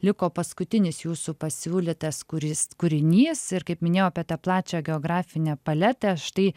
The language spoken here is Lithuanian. liko paskutinis jūsų pasiūlytas kuris kūrinys ir kaip minėjau apie tą plačią geografinę paletę štai